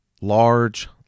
large